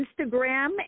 Instagram